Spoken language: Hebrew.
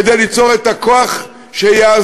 כדי ליצור את הכוח שיאזן.